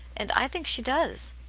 and i think she does.